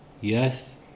Yes